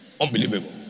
Unbelievable